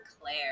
Claire